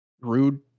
Rude